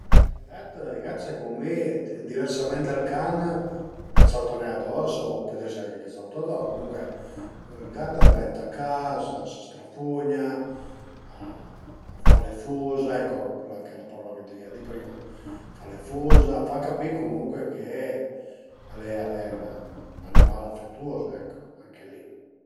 Be i gat i gat secund mi diversament dal can a t'sautu nen ados o a pöl esi ch'a t'sauto anche ados, comuncue ël gat a t'ven tacà, a së strafugna, a fa le fuza, eccu anche la parola chë dëvìa di prima, a fa le fuza, a fa capì comuncue che al e al e ün animal afetus, anche li